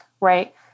right